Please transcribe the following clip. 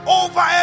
over